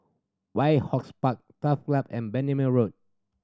White House Park Turf Club and Bendemeer Road